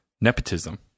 nepotism